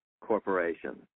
corporation